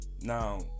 Now